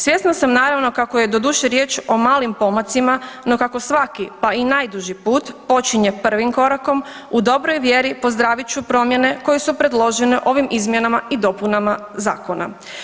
Svjesna sam naravno kako je doduše riječ o malim pomacima no kako svaki pa i najduži put počinje prvim korakom u dobroj vjeri pozdravit ću promjene koje su predložene ovim izmjenama i dopunama zakona.